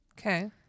Okay